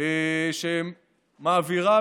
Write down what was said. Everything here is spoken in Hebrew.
בעצם מעבירה,